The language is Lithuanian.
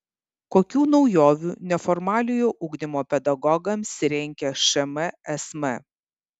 kokių naujovių neformaliojo ugdymo pedagogams rengia šmsm